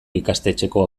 ikastetxeko